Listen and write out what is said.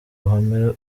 ruhame